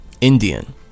Indian